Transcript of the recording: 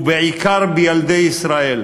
ובעיקר בילדי ישראל.